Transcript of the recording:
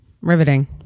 Riveting